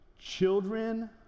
children